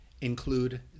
include